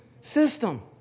system